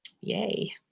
yay